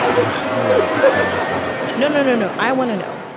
no. you're right. it's better this way. no, no, no, no. i want to know,